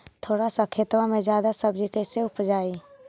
थोड़ा सा खेतबा में जादा सब्ज़ी कैसे उपजाई?